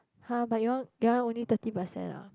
!huh! but you all your one only thirty percent ah